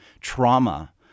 trauma